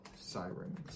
sirens